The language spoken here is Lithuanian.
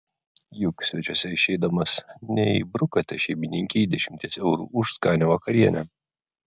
juk svečiuose išeidamas neįbrukate šeimininkei dešimties eurų už skanią vakarienę